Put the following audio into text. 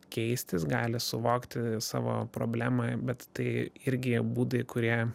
keistis gali suvokti savo problemą bet tai irgi būdai kurie